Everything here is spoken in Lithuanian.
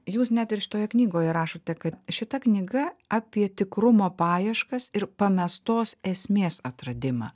jūs net ir šitoje knygoje rašote kad šita knyga apie tikrumo paieškas ir pamestos esmės atradimą